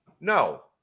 No